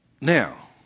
Now